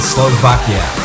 Slovakia